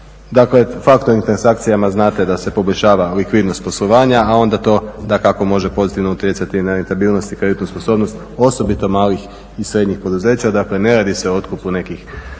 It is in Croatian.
Dakle, faktoring transakcijama znate da se poboljšava likvidnost poslovanja, a onda to dakako može pozitivno utjecati na rentabilnost i kreditnu sposobnost osobito malih i srednjih poduzeća. Dakle, ne radi se o otkupu nekih teško